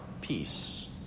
peace